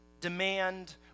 demand